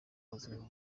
buzima